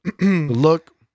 Look